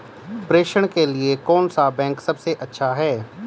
प्रेषण के लिए कौन सा बैंक सबसे अच्छा है?